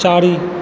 चारि